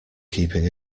keeping